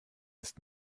ist